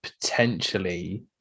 potentially